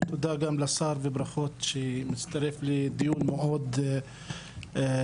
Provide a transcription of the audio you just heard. תודה גם לשר וברכות שהצטרף לדיון מאוד חשוב.